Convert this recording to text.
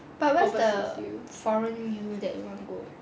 but what's the foreign U that you want to go